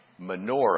Menorah